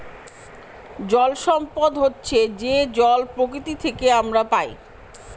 জল সম্পদ হচ্ছে যে জল প্রকৃতি থেকে আমরা পায়